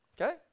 Okay